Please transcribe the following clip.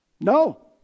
No